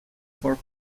for